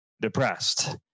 depressed